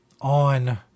On